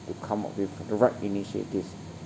to come up with the right initiatives